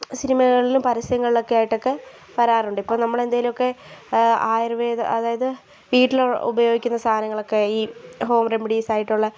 സിനിമകളിലും പരസ്യങ്ങളിലൊക്കെ ആയിട്ടൊക്കെ വരാറുണ്ട് ഇപ്പം നമ്മൾ എന്തെങ്കിലുമൊക്കെ ആയുർവേദം അതായത് വീട്ടിലുപയോഗിക്കുന്ന സാധനങ്ങളൊക്കെ ഈ ഹോം റെമഡീസായിട്ടുള്ള